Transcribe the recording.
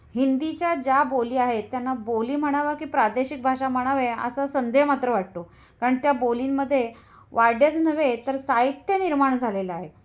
हिंदीच्या ज्या बोली आहेत त्यांना बोली म्हणावं की प्रादेशिक भाषा म्हणावे असा संदेह मात्र वाटतो कारण त्या बोलींमध्ये वाड्याच नव्हे तर साहित्य निर्माण झालेलं आहे